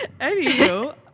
Anywho